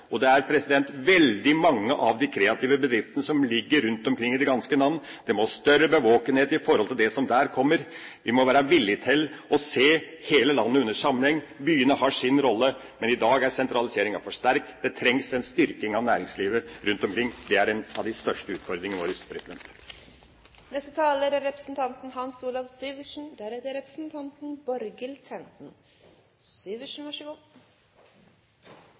og det er veldig mange av de kreative bedriftene som ligger rundt i det ganske land. Det må bli større bevågenhet i forhold til det som der kommer. Vi må være villige til å se hele landet i sammenheng. Byene har sin rolle, men i dag er sentraliseringa for sterk. Det trengs en styrking av næringslivet rundt omkring. Det er en av de største utfordringene våre. Jeg vil også takke representanten